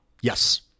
Yes